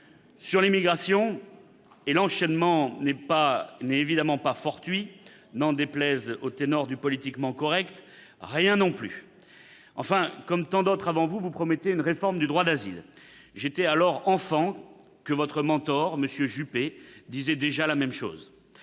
Sur l'immigration, et l'enchaînement n'est évidemment pas fortuit, n'en déplaise aux ténors du politiquement correct : rien non plus ! Enfin, comme tant d'autres avant vous, vous promettez une réforme du droit d'asile. J'étais encore enfant que votre mentor, M. Juppé, disait déjà la même chose.